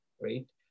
right